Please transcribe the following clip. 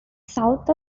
south